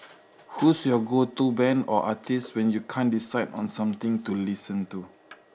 whose your go-to band or artist when you can't decide on something to listen to